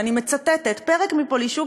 ואני מצטטת פרק מ"פולישוק",